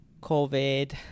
covid